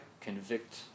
convict